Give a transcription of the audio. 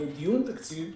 לדיון תקציב.